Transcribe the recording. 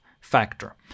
factor